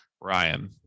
Ryan